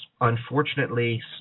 unfortunately